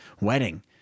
wedding